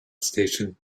station